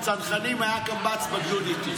בצנחנים, היה קמב"ץ בגדוד איתי.